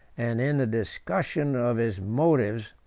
and in the discussion of his motives,